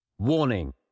Warning